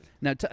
Now